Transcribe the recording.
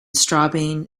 strabane